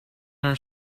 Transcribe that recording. are